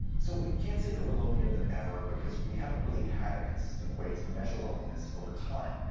so we can't say that we're lonelier than ever, because we haven't really had a consistent way to measure loneliness over time.